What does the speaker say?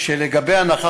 אמרתי